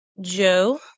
Joe